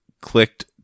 clicked